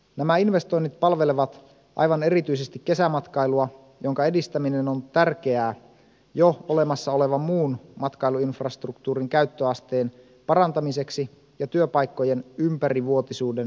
nämä investoinnit palvelevat aivan erityisesti kesämatkailua jonka edistäminen on tärkeää jo olemassa olevan muun matkailuinfrastruktuurin käyttöasteen parantamiseksi ja työpaikkojen ympärivuotisuuden turvaamiseksi